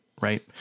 Right